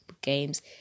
games